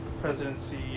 presidency